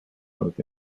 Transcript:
both